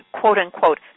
quote-unquote